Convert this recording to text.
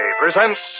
presents